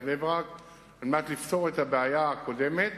בני-ברק על מנת לפתור את הבעיה הקודמת